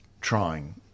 trying